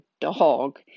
dog